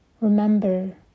remember